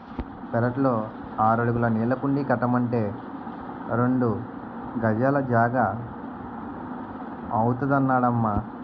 పెరట్లో ఆరడుగుల నీళ్ళకుండీ కట్టమంటే రెండు గజాల జాగా అవుతాదన్నడమ్మా